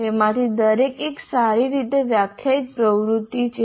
તેમાંથી દરેક એક સારી રીતે વ્યાખ્યાયિત પ્રવૃત્તિ છે